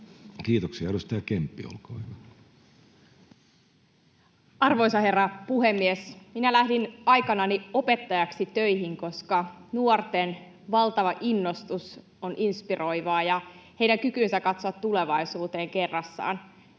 Kiitoksia. — Edustaja Kemppi, olkaa hyvä. Arvoisa herra puhemies! Minä lähdin aikanani opettajaksi töihin, koska nuorten valtava innostus on inspiroivaa ja heidän kykynsä katsoa tulevaisuuteen saa kerrassaan